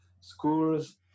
schools